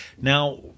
Now